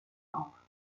off